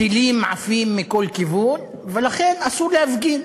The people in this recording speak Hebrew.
טילים עפים מכל כיוון, ולכן אסור להפגין,